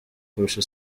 kurusha